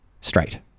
straight